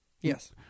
Yes